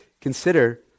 Consider